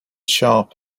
sharp